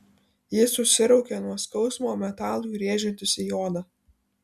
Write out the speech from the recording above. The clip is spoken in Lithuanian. jis susiraukė nuo skausmo metalui rėžiantis į odą